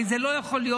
הרי זה לא יכול להיות,